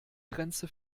grenze